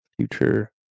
future